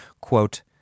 quote